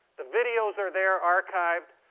the videos are there archived.